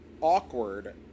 awkward